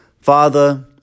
Father